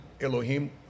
Elohim